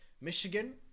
Michigan